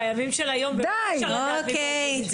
אוקיי,